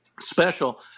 special